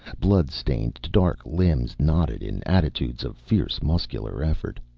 blood-stained dark limbs knotted in attitudes of fierce muscular effort,